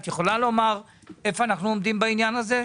את יכולה לומר איפה אנחנו עומדים בעניין הזה?